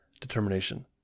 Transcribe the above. determination